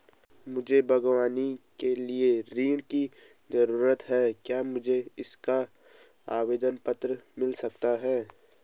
मुझे बागवानी के लिए ऋण की ज़रूरत है क्या मुझे इसका आवेदन पत्र मिल सकता है?